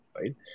right